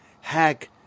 hack